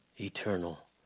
eternal